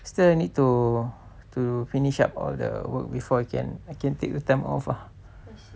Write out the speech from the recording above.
still need to to finish up all the work before I can I can take the time off lah